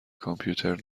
کامپیوترم